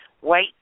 White